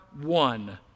one